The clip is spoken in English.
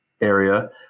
area